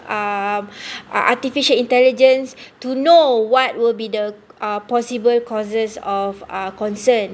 um uh artificial intelligence to know what will be the uh possible causes of uh concerned